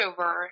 over